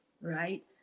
right